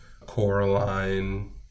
Coraline